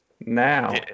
Now